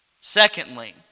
Secondly